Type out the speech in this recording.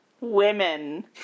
Women